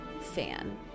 fan